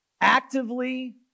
actively